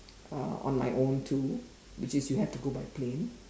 uh on my own too which is you have to go by plane